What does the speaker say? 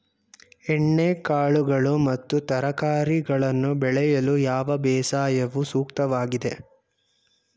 ಎಣ್ಣೆಕಾಳುಗಳು ಮತ್ತು ತರಕಾರಿಗಳನ್ನು ಬೆಳೆಯಲು ಯಾವ ಬೇಸಾಯವು ಸೂಕ್ತವಾಗಿದೆ?